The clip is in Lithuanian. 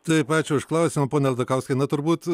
taip ačiū už klausimą pone aldakauskai na turbūt